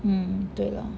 mm 对 lor